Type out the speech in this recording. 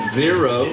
zero